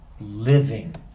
living